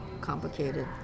complicated